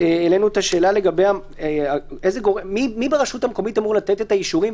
העלינו את השאלה מי ברשות המקומית אמור לתת את האישורים,